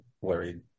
worried